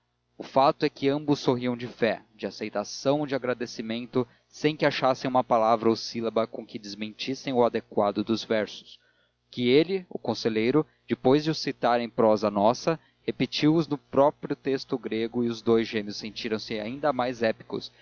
o fato é que ambos sorriam de fé de aceitação de agradecimento sem que achassem uma palavra ou sílaba com que desmentissem o adequado dos versos que ele o conselheiro depois de os citar em prosa nossa repetiu os no próprio texto grego e os dous gêmeos sentiram-se ainda mais épicos